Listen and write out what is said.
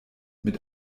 mit